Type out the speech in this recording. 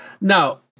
Now